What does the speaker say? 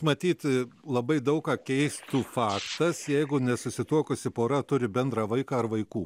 matyt labai daug ką keistų faktas jeigu nesusituokusi pora turi bendrą vaiką ar vaikų